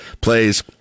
plays